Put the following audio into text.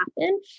happen